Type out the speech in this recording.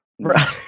Right